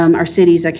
um our cities, like